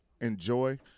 enjoy